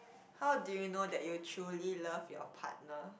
how do you know that you truly love your partner